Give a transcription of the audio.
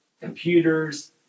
computers